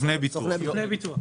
סוכני ביטוח.